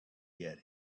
get